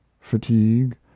fatigue